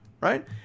right